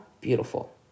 beautiful